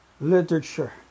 literature